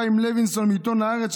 חיים לוינסון מעיתון הארץ,